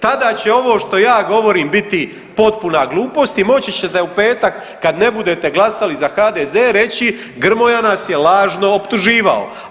Tada će ovo što ja govorim biti potpuna glupost i moći ćete u petak, kad ne budete glasali za HDZ reći Grmoja nas je lažno optuživao.